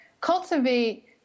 cultivate